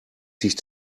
sich